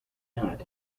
not